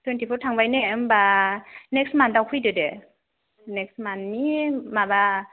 twenty four थांबाय ने होमब्ला नेक्स्ट मान्थआव फैदो दे नेक्स्ट मान्थनि माबा